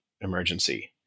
emergency